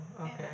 okay